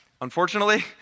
unfortunately